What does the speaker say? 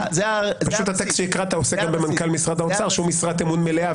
פשוט הטקסט שקראת עוסק גם במנכ"ל משרד האוצר שהוא משרת אמון מלאה,